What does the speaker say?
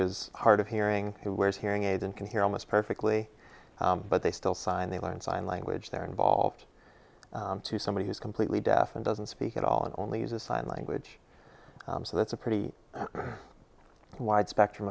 is hard of hearing who wears hearing aids and can hear almost perfectly but they still sign they learn sign language they're involved to somebody who's completely deaf and doesn't speak at all and only uses sign language so that's a pretty wide spectrum